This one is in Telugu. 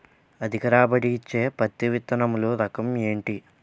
అధిక రాబడి ఇచ్చే పత్తి విత్తనములు రకం ఏంటి?